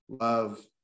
love